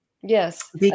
Yes